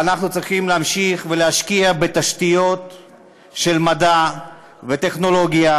ואנחנו צריכים להמשיך ולהשקיע בתשתיות של מדע וטכנולוגיה,